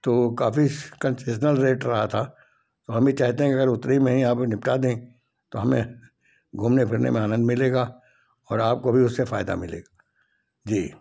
तो काफ़ी concessional rate रहा था तो हम भी चाहते हैं कि अगर उतने में ही आप निपटा दें तो हमें घूमने फिरने में आनंद मिलेगा और आपको भी उससे फायदा मिलेगा जी